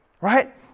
right